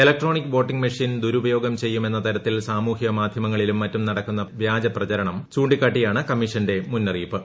electronic voting machine ദുരുപയോഗം ചെയ്യും എന്ന തരത്തിൽ സാമൂഹ്യ മാധ്യമങ്ങളിലും മറ്റും നടക്കുന്ന വ്യാജപ്രചരണം ചൂണ്ടിക്കാട്ടിയാണ് കമ്മീഷന്റെ മുന്നറിയിപ്പ്